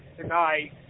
tonight